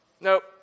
nope